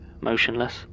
motionless